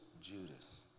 Judas